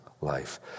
life